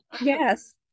Yes